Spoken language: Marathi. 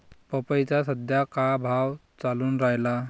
पपईचा सद्या का भाव चालून रायला?